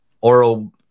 oral